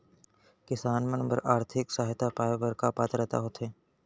किसान मन बर आर्थिक सहायता पाय बर का पात्रता होथे?